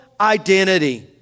identity